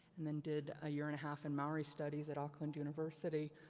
and then did a year and a half in maori studies at auckland university,